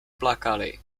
plakali